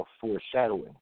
foreshadowing